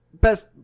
Best